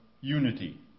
unity